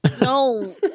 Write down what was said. no